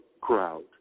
crowd